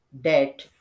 debt